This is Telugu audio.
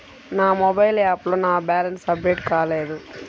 నా మొబైల్ యాప్లో నా బ్యాలెన్స్ అప్డేట్ కాలేదు